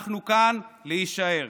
אנחנו כאן להישאר.